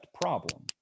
problem